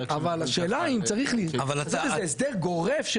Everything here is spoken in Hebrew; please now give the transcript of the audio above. אבל השאלה היא אם צריך לעשות איזה הסדר גורף?